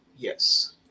yes